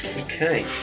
Okay